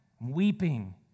weeping